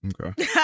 Okay